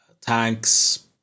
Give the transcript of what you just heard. tanks